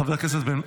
חבר הכנסת בן ברק.